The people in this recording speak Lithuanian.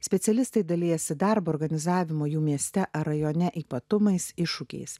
specialistai dalijasi darbo organizavimu jų mieste ar rajone ypatumais iššūkiais